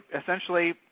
essentially